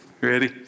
Ready